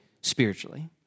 spiritually